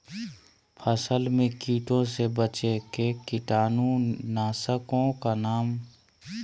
फसल में कीटों से बचे के कीटाणु नाशक ओं का नाम?